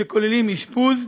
שכוללים אשפוז,